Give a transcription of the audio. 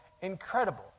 incredible